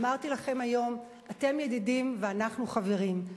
אמרתי לכם היום, אתם ידידים ואנחנו חברים.